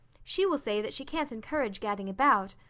she will say that she can't encourage gadding about.